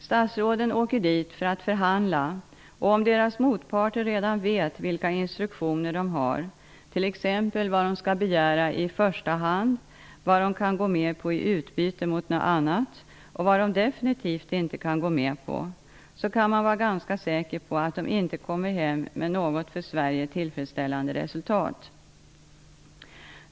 Statsråden åker dit för att förhandla, och om deras motparter redan vet vilka instruktioner de har, t.ex. vad de skall begära i första hand, vad de kan gå med på i utbyte mot något annat och vad de definitivt inte kan gå med på, kan man vara ganska säker på att de inte kommer hem med något för Sverige tillfredsställande resultat.